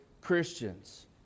Christians